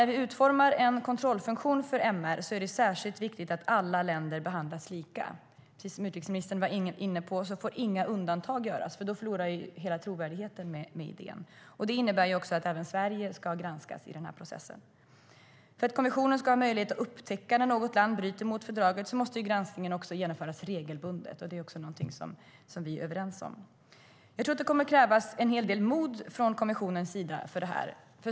När vi utformar en kontrollfunktion för mänskliga rättigheter är det särskilt viktigt att alla länder behandlas lika. Precis som utrikesministern var inne på får inga undantag göras, för då förloras hela trovärdigheten med idén. Det innebär att även Sverige ska granskas i denna process. För att kommissionen ska ha möjlighet att upptäcka när något land bryter mot fördraget måste granskningarna genomföras regelbundet. Det är också någonting som vi är överens om. Jag tror att det kommer att krävas en hel del mod från kommissionens sida för detta.